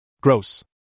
Gross